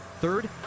Third